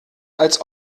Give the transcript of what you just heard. als